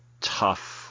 tough